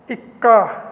ਇੱਕ